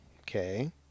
Okay